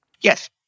Yes